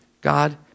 God